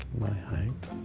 my height,